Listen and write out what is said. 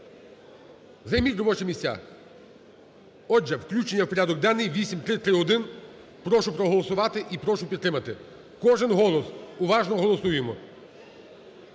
займіть робочі місця! Отже, включення в порядок денний 8331. Прошу проголосувати і прошу підтримати. Кожен голос. Уважно голосуємо.